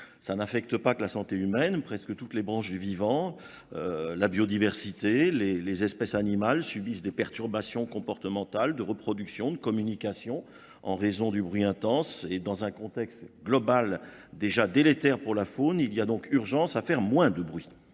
Ça n'affecte pas que la santé humaine, presque toutes les branches du vivant, la biodiversité, les espèces animales subissent des perturbations comportementales de reproduction, de communication en raison du bruit intense et dans un contexte global déjà délétère pour la faune, il y a donc urgence à faire moins de bruit.